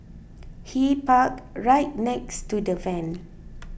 he parked right next to the van